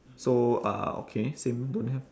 so uh okay same don't have